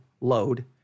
load